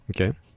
Okay